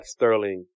Sterling